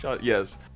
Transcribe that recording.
Yes